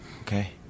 Okay